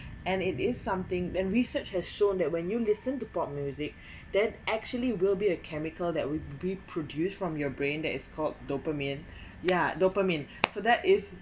and it is something and research has shown that when you listen to pop music that actually will be a chemical that would be produced from your brain that is called dopamine yeah dopamine so that is